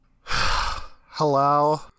Hello